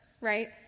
right